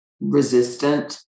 resistant